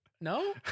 No